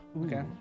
Okay